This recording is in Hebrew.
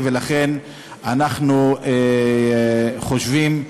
ולכן אנחנו חושבים ומבקשים,